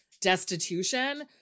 destitution